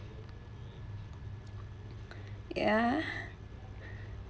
ya